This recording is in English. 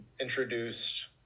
introduced